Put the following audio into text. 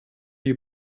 you